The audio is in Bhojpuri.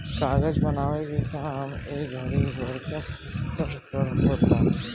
कागज बनावे के काम ए घड़ी बड़का स्तर पर होता